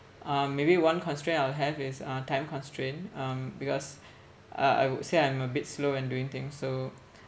uh maybe one constraint I'll have is uh time constraint um because uh I would say I'm a bit slow in doing things so